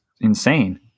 insane